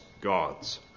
gods